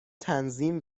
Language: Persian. تنظیم